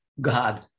God